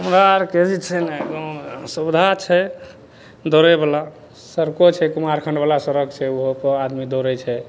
हमरा आओरके जे छै ने गाममे सुविधा छै दौड़ैवला सड़को छै कुमारखण्डवला सड़क छै ओहोपर आदमी दौड़ै छै